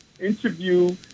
interview